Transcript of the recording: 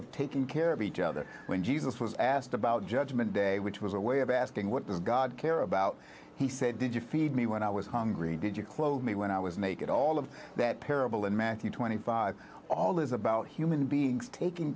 of taking care of each other when jesus was asked about judgment day which was a way of asking what does god care about he said did you feed me when i was hungry did you clothed me when i was naked all of that parable in matthew twenty five all is about human beings taking